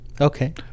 Okay